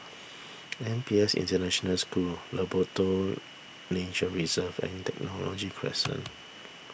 N P S International School Labrador Nature Reserve and Technology Crescent